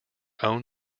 own